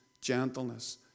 gentleness